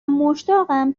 مشتاقم